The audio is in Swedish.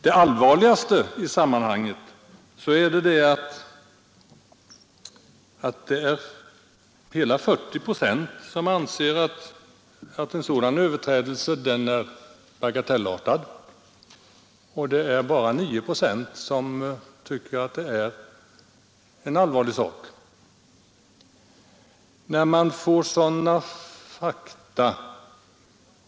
Det allvarliga i sammanhanget är att hela 40 procent av befolkningen anser att en sådan överträdelse är bagatellartad, och bara 9 procent tycker att det är en allvarlig förseelse.